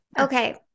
Okay